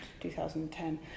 2010